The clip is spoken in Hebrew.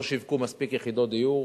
לא שיווקו מספיק יחידות דיור.